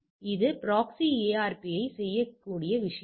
எனவே இது proxy ARP ஐ செய்யக்கூடிய விஷயம்